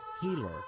healer